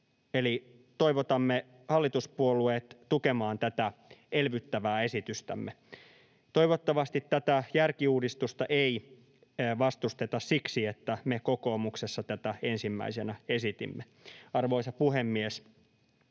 eli toivotamme hallituspuolueet tukemaan tätä elvyttävää esitystämme. Toivottavasti tätä järkiuudistusta ei vastusteta siksi, että me kokoomuksessa tätä ensimmäisenä esitimme. Arvoisa puhemies!